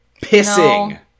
Pissing